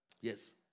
Yes